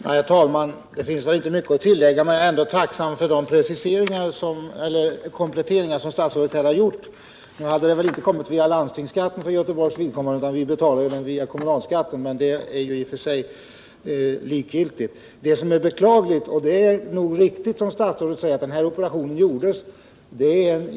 Herr talman! Det finns väl inte mycket att tillägga till detta. Jag är tacksam för de kompletteringar som statsrådet här har gjort. Nu hade emellertid inte pengarna för Göteborgs vidkommande kommit via landstingsskatten, eftersom dessa kostnader betalas via kommunalskatten, men det är ju i och för sig ovidkommande i detta sammanhang. Det är nog riktigt som statsrådet säger, att den här ”första” operationen företogs innan reglerna ändrades.